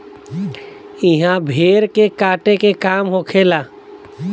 इहा भेड़ के काटे के काम होखेला